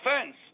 offense